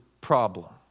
problem